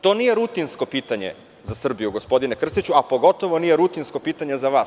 To nije rutinsko pitanje za Srbiju, gospodine Krstiću, a pogotovo nije rutinsko pitanje za vas.